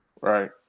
right